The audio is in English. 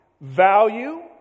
value